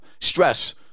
stress